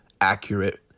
accurate